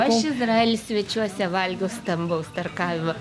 aš izraely svečiuose valgiau stambaus tarkavimo